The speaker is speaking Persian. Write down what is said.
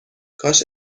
کاش